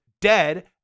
dead